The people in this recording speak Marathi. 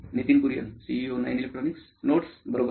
Nitin Kurian COO nine electronics notes बरोबर